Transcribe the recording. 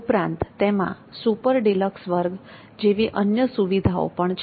ઉપરાંત તેમાં super deluxe વર્ગ જેવી અન્ય સુવિધાઓ પણ છે